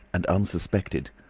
and unsuspected.